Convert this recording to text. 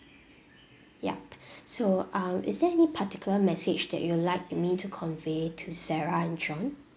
yup so um is there any particular message that you would like me to convey to sarah and john